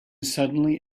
suddenly